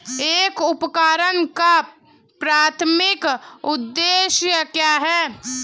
एक उपकरण का प्राथमिक उद्देश्य क्या है?